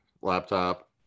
laptop